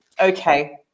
Okay